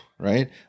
right